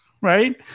Right